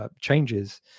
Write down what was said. changes